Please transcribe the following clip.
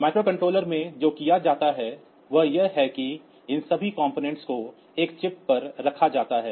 microcontrollers में जो किया जाता है वह यह है कि इन सभी घटकों को एक चिप पर रखा जाता है